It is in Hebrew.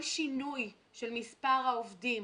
כל שינוי של מספר העובדים